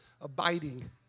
abiding